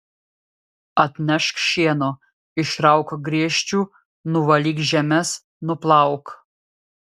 atnešk šieno išrauk griežčių nuvalyk žemes nuplauk